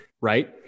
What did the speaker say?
right